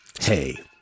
hey